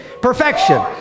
perfection